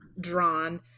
drawn